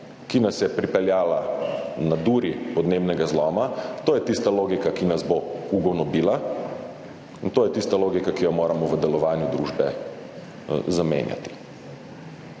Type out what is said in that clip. ki nas je pripeljala na duri podnebnega zloma, to je tista logika, ki nas bo ugonobila, in to je tista logika, ki jo moramo v delovanju družbe zamenjati.